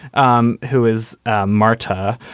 um who is ah marta?